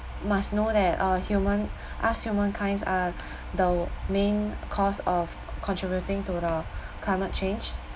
must know that err human us humankind's are the main cause of contributing to the climate change